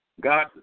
God